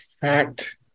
fact